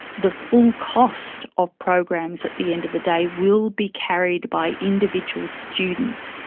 the full cost of programs at the end of the day will be carried by individual students,